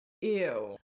ew